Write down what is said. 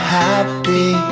happy